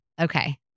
Okay